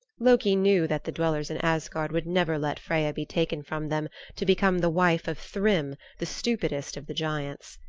loki knew that the dwellers in asgard would never let freya be taken from them to become the wife of thrym, the stupidest of the giants.